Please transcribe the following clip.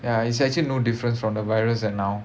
ya it's actually no difference from the virus and now